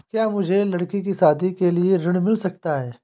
क्या मुझे लडकी की शादी के लिए ऋण मिल सकता है?